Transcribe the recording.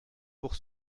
pour